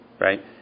Right